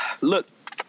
look